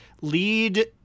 lead